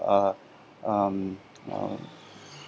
uh um uh